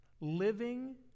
living